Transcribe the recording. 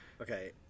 Okay